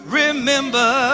remember